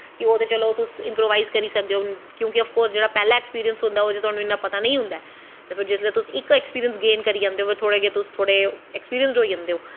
ते ओह् ते चलो तुस कैप्रोमाइज़ करी सकदे हो क्योंकि जो पैह्लै एक्सपिरिंस होंदा ऐ ओह् तुआनूं पता नेईं होंदा ऐ ते फिर जिसलै तुस इक एक्सपिरिंस गेन करी जंदे ओ फिर थोह्ड़े तुस ऐक्सपिरिंसड़ होई जंदे ओ